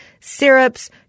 syrups